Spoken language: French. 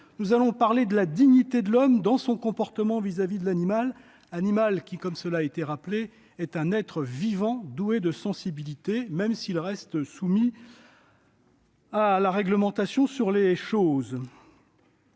morale en action, de la dignité de l'homme dans son comportement vis-à-vis de l'animal- animal qui, comme cela a été rappelé, est un être vivant, doué de sensibilité, même s'il reste soumis à la réglementation sur les choses.